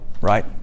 Right